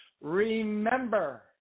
Remember